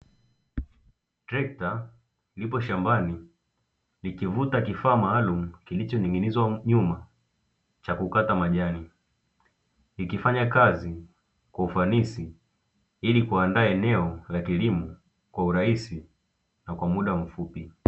Trekta lipo shambani likivuta kifaa maalumu kilichoning'inizwa nyuma cha kukata majani, kikifanya kazi kwa ufanisi ili kuandaa eneo la kilimo kwa urahisi na kwa muda mfupi.